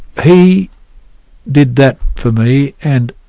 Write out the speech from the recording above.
he did that for me, and